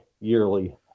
yearly